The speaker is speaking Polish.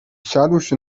siadłszy